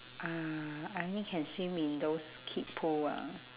uh I only can swim in those kid pool ah